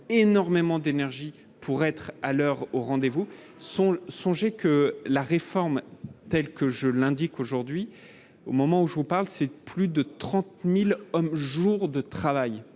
énormément d'énergie pour être à l'heure au rendez-vous, son songez que la réforme telle que je l'indique aujourd'hui au moment où je vous parle, c'est plus de 30000 hommes jour de travail